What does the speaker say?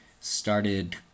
started